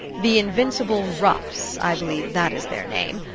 the invincible roughs i believe that is their name.